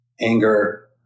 anger